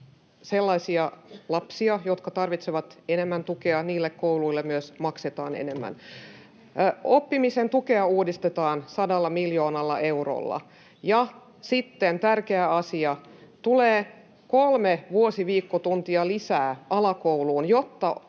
sellaisia lapsia, jotka tarvitsevat enemmän tukea, myös maksetaan enemmän. Oppimisen tukea uudistetaan 100 miljoonalla eurolla. Ja sitten tärkeä asia: Tulee kolme vuosiviikkotuntia lisää alakouluun, jotta lapset oppivat